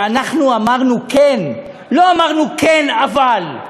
ואנחנו אמרנו: כן, לא אמרנו: כן, אבל.